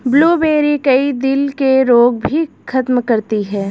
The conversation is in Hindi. ब्लूबेरी, कई दिल के रोग भी खत्म करती है